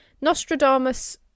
Nostradamus